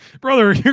brother